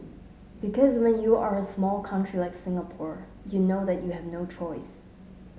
because when you are a small country like Singapore you know that you have no choice